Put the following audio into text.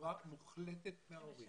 בצורה מוחלטת מההורים.